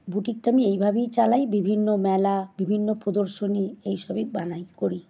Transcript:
বুটিকটা আমি এইভাবেই চালাই বিভিন্ন মেলা বিভিন্ন প্রদর্শনী এইসবই বানাই করি